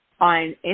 on